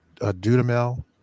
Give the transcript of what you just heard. Dudamel